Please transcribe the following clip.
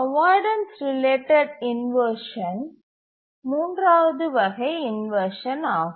avoidance related inversion மூன்றாவது வகை inversion ஆகும்